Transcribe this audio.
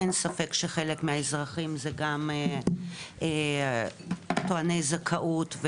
אין ספק שחלק מהאזרחים אלו גם טועני זכאות,